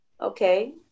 Okay